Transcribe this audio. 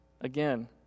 again